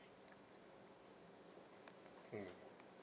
mm